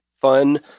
fun